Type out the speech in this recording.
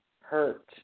Hurt